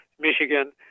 Michigan